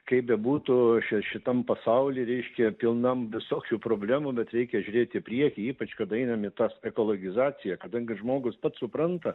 kaip bebūtų ši šitam pasaulyje ryški pilnam visokių problemų bet reikia žiūrėti į priekį ypač kada einam į tas ekologizaciją kadangi žmogus pats supranta